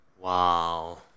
Wow